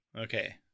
Okay